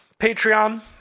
Patreon